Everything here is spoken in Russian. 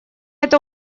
это